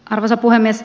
arvoisa puhemies